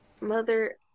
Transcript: mother